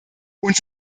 uns